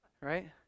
Right